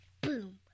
boom